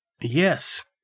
Yes